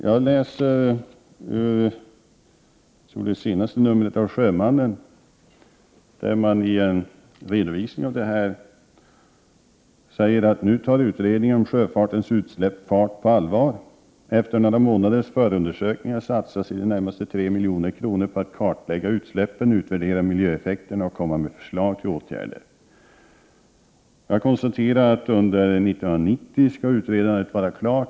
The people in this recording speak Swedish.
I nummer 4 av tidningen Sjömannen finns det en redovisning i detta sammanhang. Där kan man läsa: ”Nu tar utredningen om sjöfartens utsläpp fart på allvar. Efter några månaders förundersökningar satsas i det närmaste tre miljoner kronor på att kartlägga utsläppen, utvärdera miljöeffekterna och komma med förslag till åtgärder.” År 1990 skall utredningen vara klar.